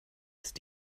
ist